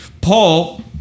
Paul